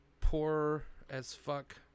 poor-as-fuck